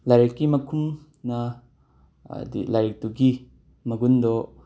ꯂꯥꯏꯔꯤꯛꯀꯤ ꯃꯈꯨꯝꯅ ꯍꯥꯏꯗꯤ ꯂꯥꯏꯔꯤꯛꯇꯨꯒꯤ ꯃꯒꯨꯟꯗꯣ